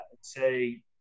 say